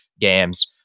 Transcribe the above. games